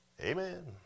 Amen